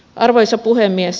arvoisa puhemies